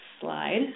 slide